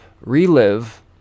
relive